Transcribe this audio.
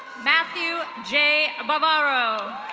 matthew j bavaro.